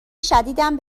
شدیدم